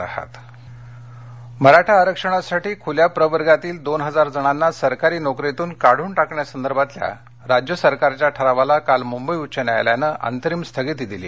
मराठा आरक्षण मराठा आरक्षणासाठी खुल्या प्रवर्गातील दोन हजार जणांना सरकारी नोकरीतून काढून टाकण्यासंदर्भातल्या राज्य सरकारच्या ठरावाला काल मुंबई उच्च न्यायालयानं अंतरिम स्थगिती दिली